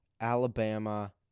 Alabama